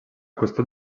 costat